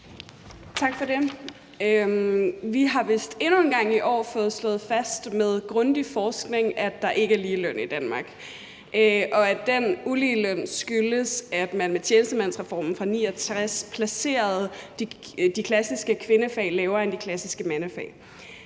Vi har vist endnu en gang i år fået slået fast med grundig forskning, at der ikke er ligeløn i Danmark, og at den uligeløn skyldes, at man med tjenestemandsreformen fra 1969 placerede de klassiske kvindefag lavere end de klassiske mandefag.